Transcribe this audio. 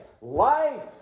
life